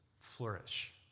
flourish